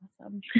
Awesome